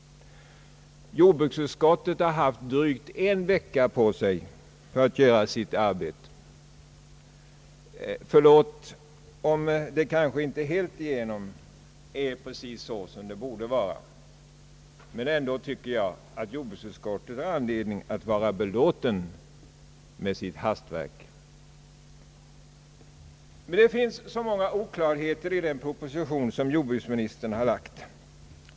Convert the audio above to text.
Jordbruksutskottet har haft drygt en vecka på sig för sitt arbete med detta ärende. Förlåt om jag säger att det kanske inte alltigenom är precis så som det borde vara. Men ändå tycker jag att jordbruksutskottet har anledning att vara belåtet med sitt >hastverk>. Det finns dock många oklarheter i den proposition som jordbruksministern framlagt.